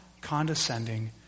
condescending